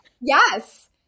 Yes